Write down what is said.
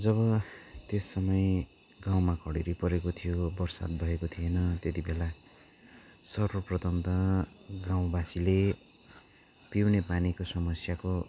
जब त्यस समय गाउँमा खरेडी परेको थियो बर्षा भएको थिएन त्यति बेला सर्वप्रथम त गाउँबासीले पिउने पानीको समस्याको